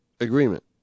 agreement